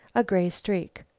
a gray streak.